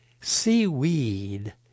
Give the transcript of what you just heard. seaweed